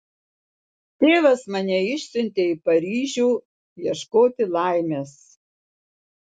tėvas mane išsiuntė į paryžių ieškoti laimės